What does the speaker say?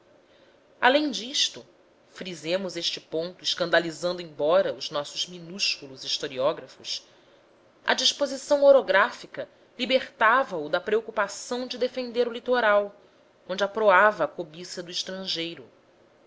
além disto frisemos este ponto escandalizando embora os nossos minúsculos historiógrafos a disposição orográfica libertava o da preocupação de defender o litoral onde aproava a cobiça do estrangeiro